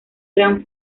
gran